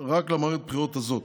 רק למערכת הבחירות הזאת.